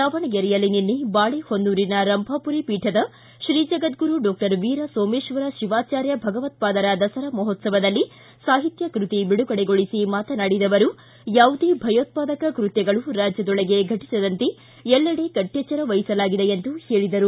ದಾವಣಗೆರೆಯಲ್ಲಿ ನಿನ್ನೆ ಬಾಳೆಹೊನ್ನೂರಿನ ರಂಭಾಪುರಿ ಪೀಠದ ಶ್ರೀ ಜಗದ್ಗುರು ಡಾಕ್ಷರ್ ವೀರ ಸೋಮೇಕ್ವರ ಶಿವಾಚಾರ್ಯ ಭಗವತ್ಪಾದರ ದಸರಾ ಮಹೋತ್ಸವದಲ್ಲಿ ಸಾಹಿತ್ಯ ಕೃತಿ ಬಿಡುಗಡೆಗೊಳಿಸಿ ಮಾತನಾಡಿದ ಅವರು ಯಾವುದೇ ಭಯೋತ್ಪಾದಕ ಕೃತ್ಯಗಳು ರಾಜ್ಯದೊಳಗೆ ಘಟಿಸದಂತೆ ಎಲ್ಲೆಡೆ ಕಟ್ಟೆಚ್ಚರ ವಹಿಸಲಾಗಿದೆ ಎಂದು ಹೇಳದರು